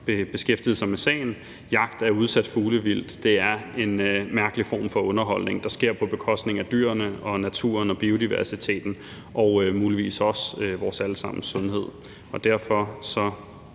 beskæftigede sig med sagen. Jagt af udsat fuglevildt er en mærkelig form for underholdning, der sker på bekostning af dyrene, naturen, biodiversiteten og muligvis også vores alle sammens sundhed. Derfor håber